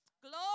glory